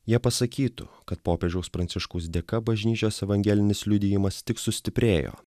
jie pasakytų kad popiežiaus pranciškaus dėka bažnyčios evangelinis liudijimas tik sustiprėjo